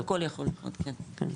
הכול יכול לקרות, כן.